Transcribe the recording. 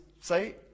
say